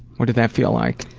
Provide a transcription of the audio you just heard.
what did that feel like?